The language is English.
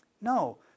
No